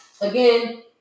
again